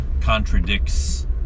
contradicts